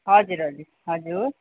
हजुर हजुर हजुर